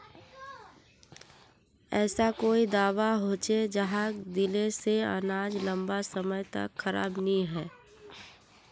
ऐसा कोई दाबा होचे जहाक दिले से अनाज लंबा समय तक खराब नी है?